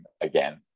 again